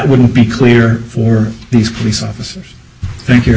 wouldn't be clear for these police officers thank you